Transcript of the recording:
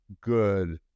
good